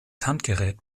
handgerät